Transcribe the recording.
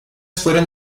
fueron